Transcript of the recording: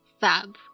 fab